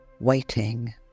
waiting